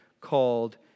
called